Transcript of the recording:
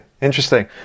interesting